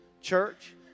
Church